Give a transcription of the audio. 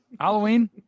Halloween